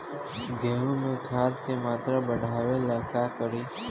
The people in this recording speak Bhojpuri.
गेहूं में खाद के मात्रा बढ़ावेला का करी?